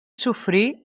sofrir